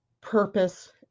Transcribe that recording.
purpose